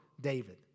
David